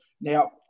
Now